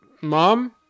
Mom